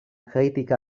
critica